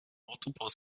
multiple